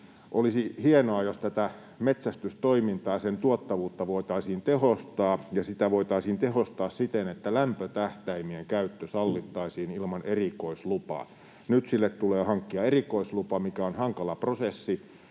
Olisi hienoa, jos tätä metsästystoimintaa ja sen tuottavuutta voitaisiin tehostaa, ja sitä voitaisiin tehostaa siten, että lämpötähtäimien käyttö sallittaisiin ilman erikoislupaa. Nyt sille tulee hankkia erikoislupa, mikä on hankala prosessi,